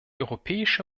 europäische